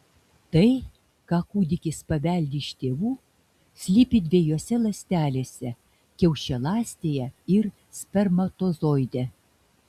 tai ką kūdikis paveldi iš tėvų slypi dviejose ląstelėse kiaušialąstėje ir spermatozoide